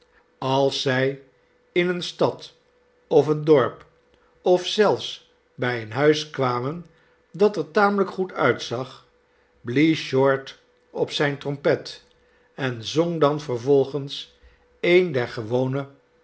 als zij in eene stad of een dorp of zelfs bij een huis kwamen dat er tamelijk goed uitzag blies short op zijne trompet en zong dan vervolgens een der gewone